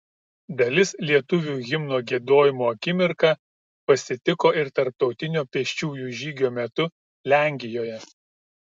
dalis lietuvių himno giedojimo akimirką pasitiko ir tarptautinio pėsčiųjų žygio metu lenkijoje